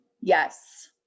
Yes